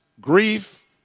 grief